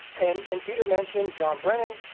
and and peter mentioned john brennan,